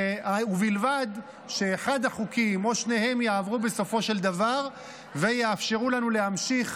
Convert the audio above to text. ובלבד שאחד החוקים או שניהם יעברו בסופו של דבר ויאפשרו לנו להמשיך